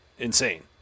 insane